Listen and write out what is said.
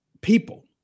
people